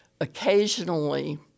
occasionally